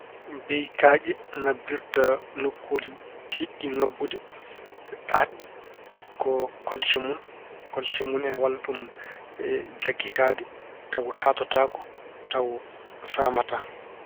Beyi kaaƴe kabbirta nokkuuli tiiɗɗi ngabbude, ɗaatɗi ko kolce mun. Kolce mun ine walla ɗum e jaggitaade tawa taatotaako, tawa saamataa.